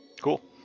Cool